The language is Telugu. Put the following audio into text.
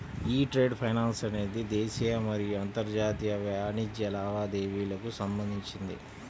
యీ ట్రేడ్ ఫైనాన్స్ అనేది దేశీయ మరియు అంతర్జాతీయ వాణిజ్య లావాదేవీలకు సంబంధించినది